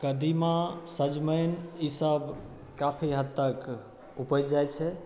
कदीमा सजमनि ई सब काफी हद तक उपजि जाइत छै